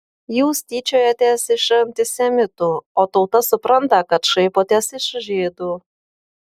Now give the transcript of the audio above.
jūs tyčiojatės iš antisemitų o tauta supranta kad šaipotės iš žydų